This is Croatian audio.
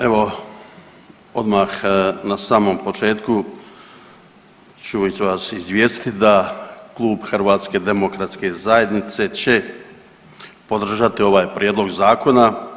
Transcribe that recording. Evo odmah na samom početku ću vas izvijestiti da klub HDZ-a će podržati ovaj prijedlog zakona.